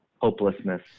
hopelessness